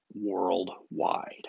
worldwide